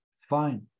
Fine